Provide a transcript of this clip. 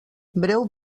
breu